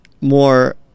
more